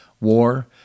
War